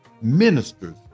ministers